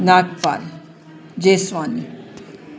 Nagpal Jeswani